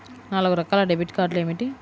నాలుగు రకాల డెబిట్ కార్డులు ఏమిటి?